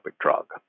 drug